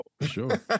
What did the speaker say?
Sure